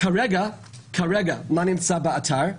מה נמצא באתר כרגע?